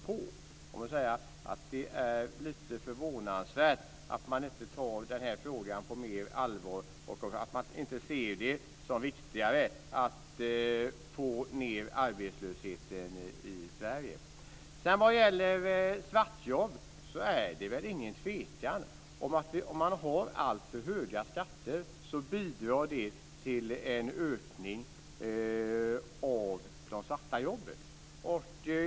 Jag vill säga att det är lite förvånansvärt att man inte tar denna fråga på mer allvar och att man inte ser det som viktigare att få ned arbetslösheten i Sverige. Det är ingen tvekan om att alltför höga skatter bidrar till en ökning av de svarta jobben.